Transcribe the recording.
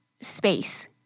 space